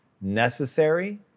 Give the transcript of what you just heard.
Necessary